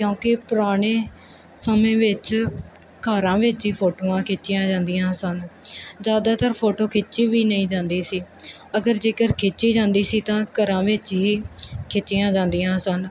ਕਿਉਂਕਿ ਪੁਰਾਣੇ ਸਮੇਂ ਵਿੱਚ ਘਰਾਂ ਵਿੱਚ ਹੀ ਫੋਟੋਆਂ ਖਿੱਚੀਆਂ ਜਾਂਦੀਆਂ ਸਨ ਜ਼ਿਆਦਾਤਰ ਫੋਟੋ ਖਿੱਚੀ ਵੀ ਨਹੀਂ ਜਾਂਦੀ ਸੀ ਅਗਰ ਜੇਕਰ ਖਿੱਚੀ ਜਾਂਦੀ ਸੀ ਤਾਂ ਘਰਾਂ ਵਿੱਚ ਹੀ ਖਿੱਚੀਆਂ ਜਾਂਦੀਆਂ ਸਨ